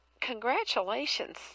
congratulations